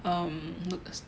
um we look